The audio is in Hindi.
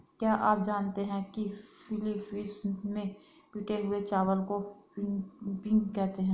क्या आप जानते हैं कि फिलीपींस में पिटे हुए चावल को पिनिपिग कहते हैं